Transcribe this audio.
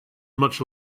much